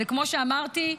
וכמו שאמרתי,